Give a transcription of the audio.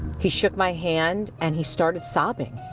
he shook my hand, and he started sobbing.